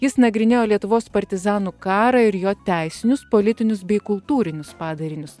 jis nagrinėjo lietuvos partizanų karą ir jo teisinius politinius bei kultūrinius padarinius